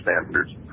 standards